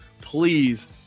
Please